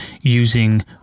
using